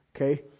Okay